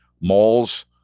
malls